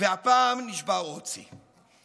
והפעם נשבר עוד שיא.